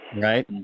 Right